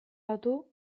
datu